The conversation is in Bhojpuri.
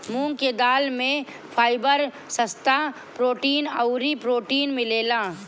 मूंग के दाल में फाइबर, जस्ता, प्रोटीन अउरी प्रोटीन मिलेला